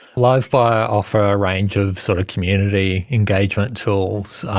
livefyre often a range of sort of community engagement tools,